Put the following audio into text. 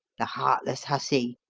the heartless hussy.